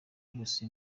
yose